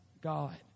God